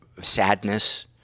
sadness